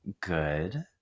good